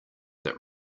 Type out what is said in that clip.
that